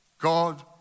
God